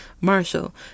Marshall